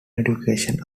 education